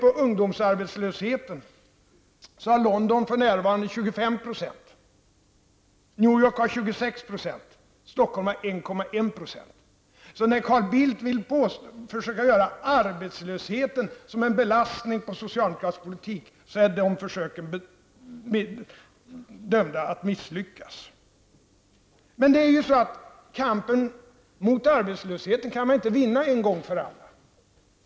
Ungdomsarbetslösheten i London är för närvarande 25 %, 26 % i New York och bara 1,1 % Så när Carl Bildt vill försöka göra arbetslösheten till en belastning för socialdemokratisk politik, är de försöken dömda att misslyckas. Men kampen mot arbetslöshet kan inte vinnas en gång för alla.